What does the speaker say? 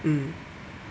mm